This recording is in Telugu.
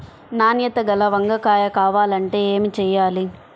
నాణ్యత గల వంగ కాయ కావాలంటే ఏమి చెయ్యాలి?